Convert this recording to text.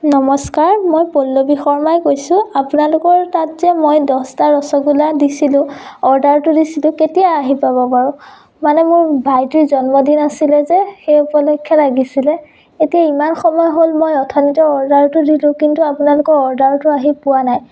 নমস্কাৰ মই পল্লৱী শৰ্মাই কৈছোঁ আপোনালোকৰ তাত যে মই দহটা ৰসগোল্লা দিছিলোঁ অৰ্ডাৰটো দিছিলোঁ কেতিয়া আহি পাব বাৰু মানে মোৰ ভাইটিৰ জন্মদিন আছিলে যে সেই উপলক্ষে লাগিছিলে এতিয়া ইমান সময় হ'ল মই অথনিতে অৰ্ডাৰটো দিলোঁ কিন্তু আপোনালোকৰ অৰ্ডাৰটো আহি পোৱা নাই